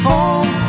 Home